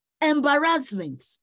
embarrassment